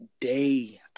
day